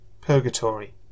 Purgatory